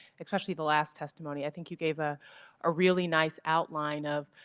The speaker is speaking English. especially the last testimony. i think you gave a a really nice outline of